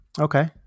Okay